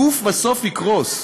הגוף בסוף יקרוס,